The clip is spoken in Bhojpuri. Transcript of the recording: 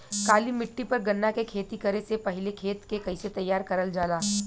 काली मिट्टी पर गन्ना के खेती करे से पहले खेत के कइसे तैयार करल जाला?